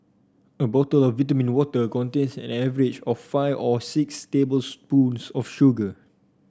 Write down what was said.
a bottle of vitamin water contains an average of five or six tablespoons of sugar